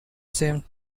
seem